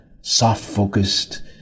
soft-focused